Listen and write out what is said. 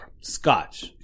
Scotch